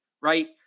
Right